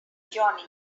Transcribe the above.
johnny